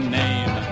name